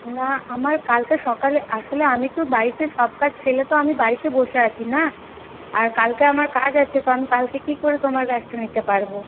না আমার কালকে সকালে আসলে আমি তো বাড়িতে সব কাজ ফেলে তো আমি বাড়িতে বসে আছি না আর কালকে আমার কাজ আছে তো আমি কালকে কি করে তোমার গ্যাসটা নিতে পারব